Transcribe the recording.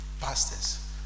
pastors